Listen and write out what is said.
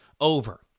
over